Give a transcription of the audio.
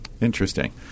Interesting